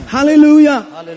Hallelujah